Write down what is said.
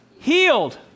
healed